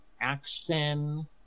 action